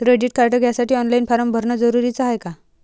Credit card घ्यासाठी online form भरन जरुरीच हाय का?